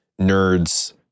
nerds